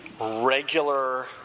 regular